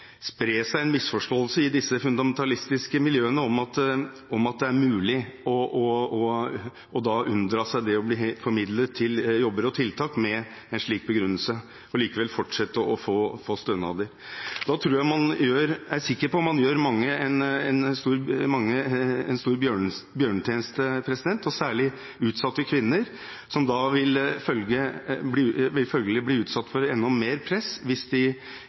spre seg en misforståelse i disse fundamentalistiske miljøene om at det er mulig å unndra seg det å bli formidlet til jobber og tiltak, med en slik begrunnelse, og likevel fortsette å få stønad. Da er jeg sikker på at man gjør mange en stor bjørnetjeneste, og særlig utsatte kvinner, som følgelig vil bli utsatt for enda mer press hvis